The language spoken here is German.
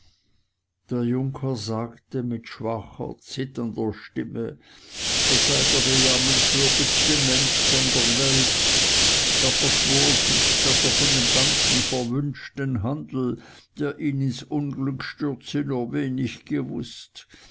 der junker sagte mit schwacher zitternder stimme er sei der bejammernswürdigste mensch von der welt er verschwor sich daß er von dem ganzen verwünschten handel der ihn ins unglück stürze nur wenig gewußt